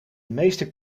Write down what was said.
meeste